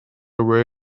away